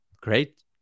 Great